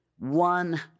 One